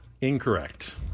incorrect